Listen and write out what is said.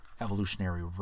evolutionary